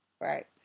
right